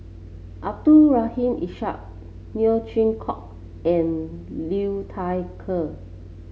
Abdul Rahim Ishak Neo Chwee Kok and Liu Thai Ker